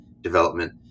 development